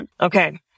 Okay